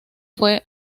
fue